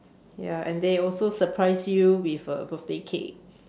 ya and they also surprised you with a birthday cake